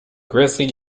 grizzly